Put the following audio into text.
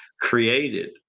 created